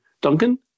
Duncan